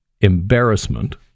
embarrassment